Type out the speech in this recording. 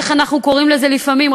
איך אנחנו קוראים לזה לפעמים?